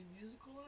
musical